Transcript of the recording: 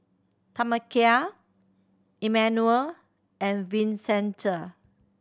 Tamekia Emanuel and Vincenza